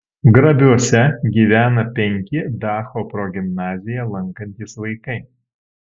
grabiuose gyvena penki dacho progimnaziją lankantys vaikai